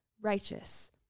righteous